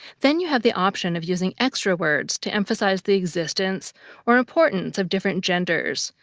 then you have the option of using extra words to emphasize the existence or importance of different genders,